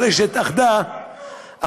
אחרי שהתאחדה.